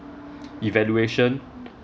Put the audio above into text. evaluation